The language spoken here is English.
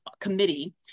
committee